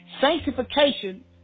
Sanctification